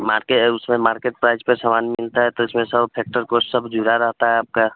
मार्के उसमें market price पर सामान मिलता है तो उसमें सब फेक्टर को सब जुड़ा रहता है आपका